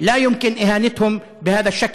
ולא ניתן להשפיל אותם ככה.